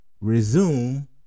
resume